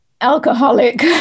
alcoholic